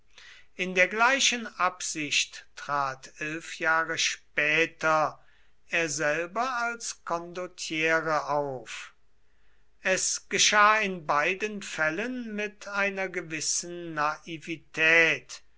in der gleichen absicht trat elf jahre später er selber als condottiere auf es geschah in beiden fällen mit einer gewissen naivität